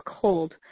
cold